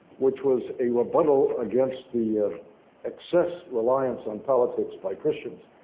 which was a rebuttal against the ah excess reliance on politics by christians,